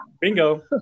Bingo